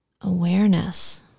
awareness